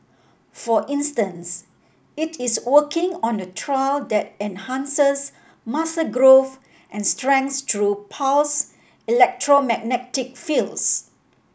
for instance it is working on a trial that enhances muscle growth and strength through pulsed electromagnetic fields